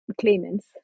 claimants